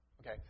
Okay